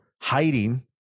hiding